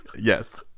yes